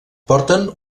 porten